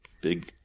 big